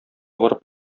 барып